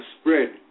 spread